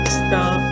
stop